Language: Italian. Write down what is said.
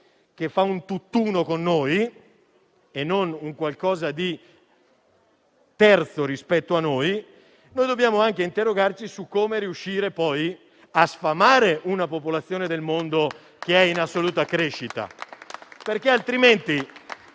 che è un tutt'uno con noi e non qualcosa di terzo rispetto a noi, dobbiamo interrogarci su come riuscire poi a sfamare una popolazione del mondo che è in assoluta crescita. Rischiamo altrimenti